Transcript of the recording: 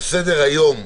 על סדר היום: